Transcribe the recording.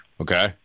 Okay